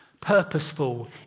purposeful